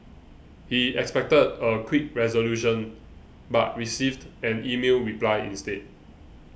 he expected a quick resolution but received an email reply instead